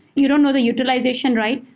you don't know the utilization, right?